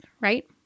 right